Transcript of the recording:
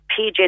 PJ